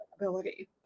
ability